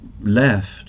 left